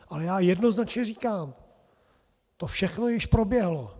Ale já jednoznačně říkám to všechno již proběhlo.